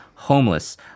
homeless